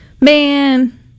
Man